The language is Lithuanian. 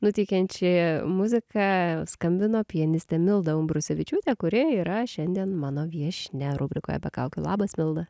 nuteikiančią muziką skambino pianistė milda umbrosevičiūtė kurie yra šiandien mano viešnia rubrikoje apie kaukių labas milda